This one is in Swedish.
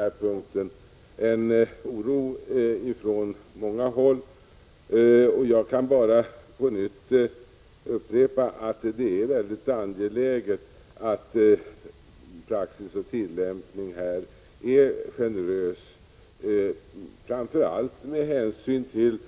När det gäller denna punkt finns det en oro på många håll. På nytt upprepar jag att det är angeläget att praxis och tillämpning är generös, framför allt med hänsyn till